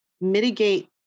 mitigate